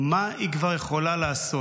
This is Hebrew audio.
מה היא כבר יכולה לעשות?